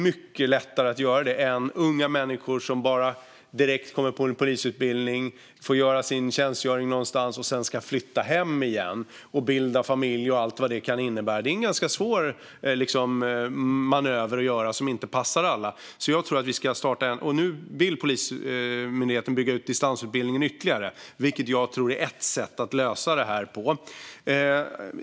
Att komma direkt från en polisutbildning, få göra sin tjänstgöring någonstans och sedan flytta hem igen och bilda familj, med allt vad det kan innebära, är en ganska svår manöver att göra som inte passar alla. Nu vill Polismyndigheten bygga ut distansutbildningen ytterligare, vilket jag tror är ett sätt att lösa detta.